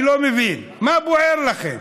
אני לא מבין, מה בוער לכם?